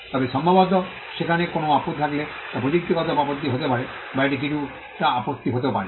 তবে সম্ভবত সেখানে কোনও আপত্তি থাকলে তা প্রযুক্তিগত আপত্তি হতে পারে বা এটি কিছুটা আপত্তি হতে পারে